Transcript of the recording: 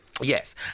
Yes